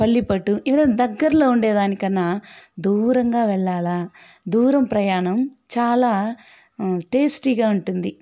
పళ్ళిపట్టు ఇలా దగ్గరలో ఉండేదాని కన్న దూరంగా వెళ్ళాలి దూరం ప్రయాణం చాలా టేస్టీగా ఉంటుంది